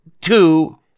two